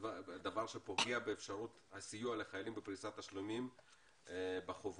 דבר שפוגע באפשרות הסיוע לחיילים בפריסת תשלומים בחובות.